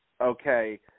Okay